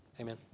Amen